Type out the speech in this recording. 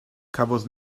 cafodd